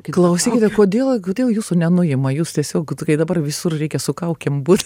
klausykit o kodėl kodėl jūsų nenuima jūs tiesiog tokie dabar visur reikia su kaukėm būt